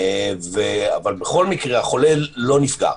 אבל בכל מקרה החולה לא נפגע.